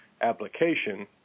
application